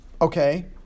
Okay